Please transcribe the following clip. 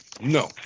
No